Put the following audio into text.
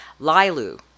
lilu